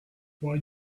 why